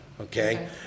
Okay